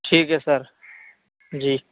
ٹھیک ہے سر جی